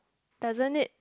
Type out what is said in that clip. doesn't it